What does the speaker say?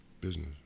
business